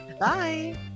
Bye